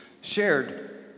shared